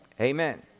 Amen